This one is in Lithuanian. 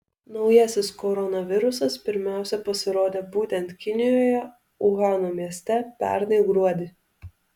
naujasis koronavirusas pirmiausia pasirodė būtent kinijoje uhano mieste pernai gruodį